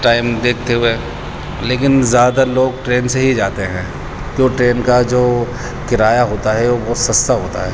time دیکھتے ہوئے لیکن زیادہ تر لوگ ٹرین سے ہی جاتے ہیں جو ٹرین کا جو کرایہ ہوتا ہے وہ سستا ہوتا ہے